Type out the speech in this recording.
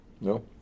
No